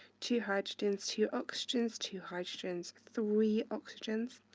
two hydrogens, two oxygens, two hydrogens, three oxygens.